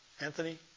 Anthony